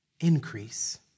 increase